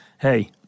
hey